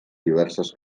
diverses